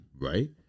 Right